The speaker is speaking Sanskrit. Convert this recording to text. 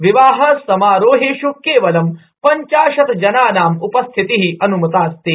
विवाह समारोहेष् केवलं पंचाशत ाजनानां उपस्थिति अनुमतास्ति